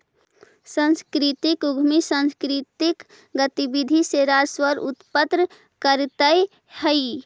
सांस्कृतिक उद्यमी सांकृतिक गतिविधि से राजस्व उत्पन्न करतअ हई